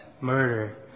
murder